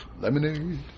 Lemonade